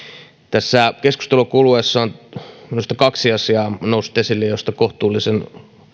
tässä keskustelun kuluessa on minusta noussut esille kaksi asiaa joista kohtuullisen